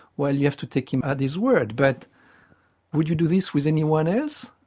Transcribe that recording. well you have to take him at his word, but would you do this with anyone else?